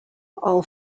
all